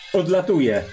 odlatuje